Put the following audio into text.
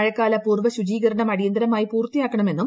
മഴക്കാല പൂർവ ശുചീകരണം അടിയന്തരമായി പൂർത്തിയാക്കണമെന്നും